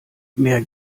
mehr